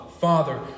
Father